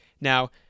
Now